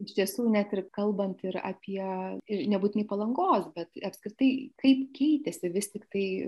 iš tiesų net ir kalbant ir apie ir nebūtinai palangos bet apskritai kaip keitėsi vis tiktai